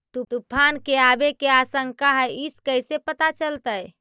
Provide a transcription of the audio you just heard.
तुफान के आबे के आशंका है इस कैसे पता चलतै?